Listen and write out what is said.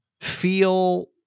feel